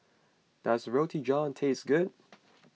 does Roti John taste good